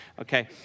okay